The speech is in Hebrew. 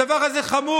הדבר הזה חמור.